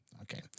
Okay